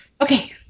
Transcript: Okay